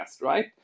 right